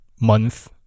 month